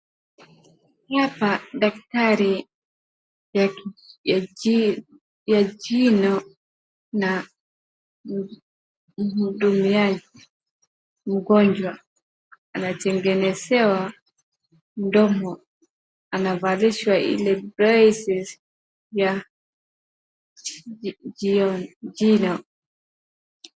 Hapa daktari ya jino na muhudumiaji mgonjwa, anatengenezewa mdomo. Anavalishwa ile braces ya jino.